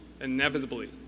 inevitably